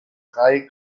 drei